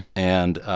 and,